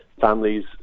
families